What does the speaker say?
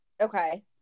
Okay